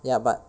ya but